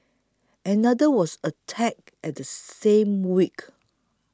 another was attacked at the same week